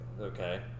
Okay